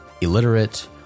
illiterate